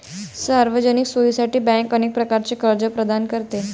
सार्वजनिक सोयीसाठी बँक अनेक प्रकारचे कर्ज प्रदान करते